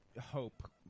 hope